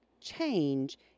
change